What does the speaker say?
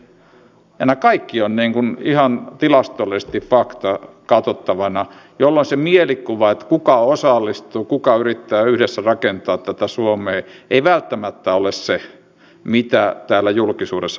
ja nämä kaikki ovat ihan tilastollisesti faktaa katsottavana jolloin se mielikuva kuka osallistuu kuka yrittää yhdessä rakentaa tätä suomea ei välttämättä ole se mitä täällä julkisuudessa puhutaan